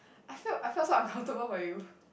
I felt I felt so uncomfortable for you